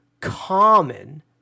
common